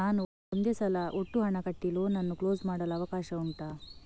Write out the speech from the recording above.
ನಾನು ಒಂದೇ ಸಲ ಒಟ್ಟು ಹಣ ಕಟ್ಟಿ ಲೋನ್ ಅನ್ನು ಕ್ಲೋಸ್ ಮಾಡಲು ಅವಕಾಶ ಉಂಟಾ